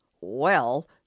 Well